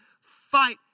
fight